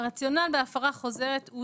הרציונל בהפרה חוזרת הוא